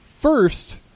first